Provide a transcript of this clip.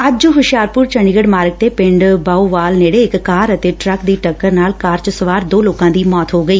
ਅੱਜ ਹੁਸ਼ਿਆਰਪੁਰ ਚੰਡੀਗੜ ਮਾਰਗ ਤੇ ਪਿੰਡ ਬਾਹੋਵਾਲ ਨੇੜੇ ਇਕ ਕਾਰ ਅਤੇ ਟਰੱਕ ਦੀ ਟੱਕਰ ਨਾਲ ਕਾਰ ਚ ਸਵਾਰ ਦੋ ਲੋਕਾ ਦੀ ਮੌਤ ਹੋ ਗਈ